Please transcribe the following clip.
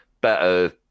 better